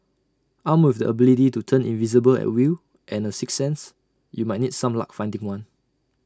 armed with the ability to turn invisible at will and A sixth sense you might need some luck finding one